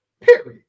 Period